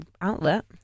outlet